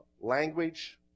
language